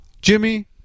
jimmy